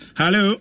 hello